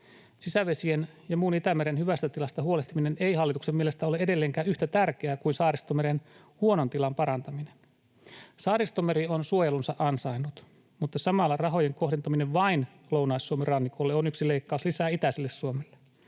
Sisävesien ja muun Itämeren hyvästä tilasta huolehtiminen ei hallituksen mielestä ole edelleenkään yhtä tärkeää kuin Saaristomeren huonon tilan parantaminen. Saaristomeri on suojelunsa ansainnut, mutta samalla rahojen kohdentaminen vain Lounais-Suomen rannikolle on yksi leikkaus lisää itäiselle Suomelle.